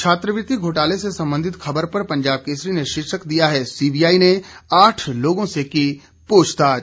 छात्रवृति घोटाले से संबंधित खबर पर पंजाब केसरी ने शीर्षक दिया है सीबीआई ने आठ लोगों से की पूछताछ